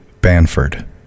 Banford